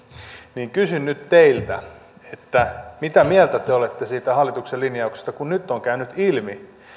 niin kysyn nyt teiltä mitä mieltä te te olette siitä hallituksen linjauksesta kun nyt on käynyt ilmi